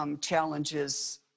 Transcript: challenges